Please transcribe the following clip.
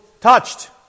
touched